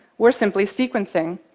we're simply sequencing.